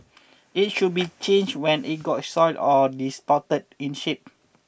it should be changed when it gets soiled or distorted in shape